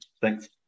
thanks